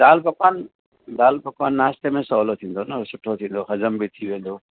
दालि पकवान दालि पकवान नाश्ते में सहुलो थींदो न सुठो थींदो हज़म बि थी वेंदो